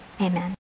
Amen